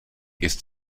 ist